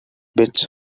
bits